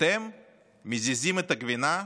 אתם מזיזים את הגבינה?